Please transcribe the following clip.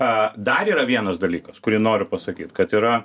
e dar yra vienas dalykas kurį noriu pasakyti kad yra